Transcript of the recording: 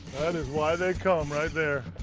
that is why they come, right there.